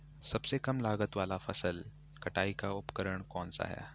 सबसे कम लागत वाला फसल कटाई का उपकरण कौन सा है?